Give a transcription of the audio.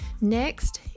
Next